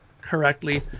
correctly